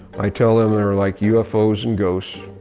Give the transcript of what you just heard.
i tell them they're like ufos and ghosts.